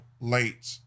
late